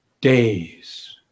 Days